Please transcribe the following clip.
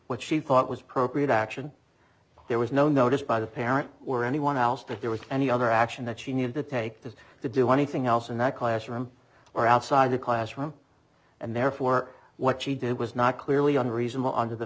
what she thought was appropriate action there was no notice by the parent or anyone else that there was any other action that she needed to take this to do anything else in that classroom or outside the classroom and therefore what she did was not clearly unreasonable on to the